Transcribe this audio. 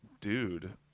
dude